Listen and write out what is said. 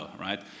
right